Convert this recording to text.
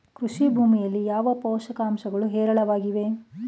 ಕೃಷಿ ಭೂಮಿಯಲ್ಲಿ ಯಾವ ಪೋಷಕಾಂಶಗಳು ಹೇರಳವಾಗಿವೆ?